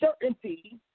certainty